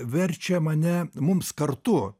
verčia mane mums kartu